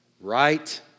Right